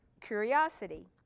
curiosity